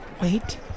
wait